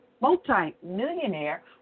multi-millionaire